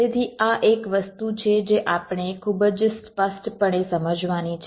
તેથી આ એક વસ્તુ છે જે આપણે ખૂબ જ સ્પષ્ટપણે સમજવાની છે